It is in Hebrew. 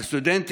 הסטודנטים.